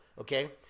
Okay